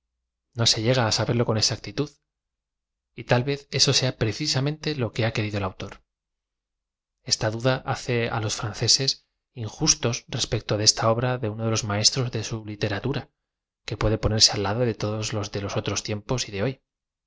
no se llega á saberlo con exactitud y tal vez eso sea precisamente lo que ha querido el au ter esta duda hace á los franceses injustos respecto de esta obra de uno de los maestros de su literatura que puede ponerse al lado de todos los de otros tiem pos y de hoy